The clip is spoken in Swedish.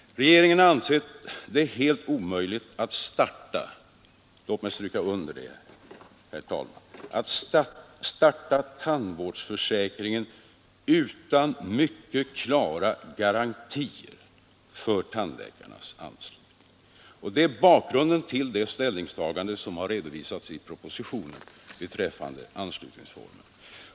Regeringen anser det helt omöjligt att starta — låt mig stryka under det, herr talman — tandvårdsförsäkringen utan mycket klara garantier för tandläkarnas anslutning. Och det är bakgrunden till det ställningstagande som har redovisats i propositionen beträffande anslutningsformen.